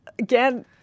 again